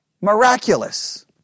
miraculous